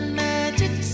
magic